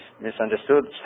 misunderstood